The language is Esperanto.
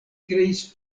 kreis